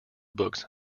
books